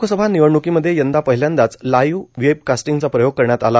लोकसभा निवडण्कीमध्ये यंदा पहिल्यांदाच लाइव्ह वेब कास्टिंगचा प्रयोग करण्यात आला